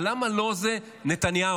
ה"למה לא" הזה זה נתניהו.